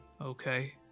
Okay